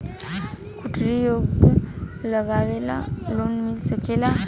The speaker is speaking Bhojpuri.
कुटिर उद्योग लगवेला लोन मिल सकेला?